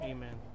Amen